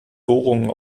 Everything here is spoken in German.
bohrungen